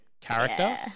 character